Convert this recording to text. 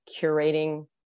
curating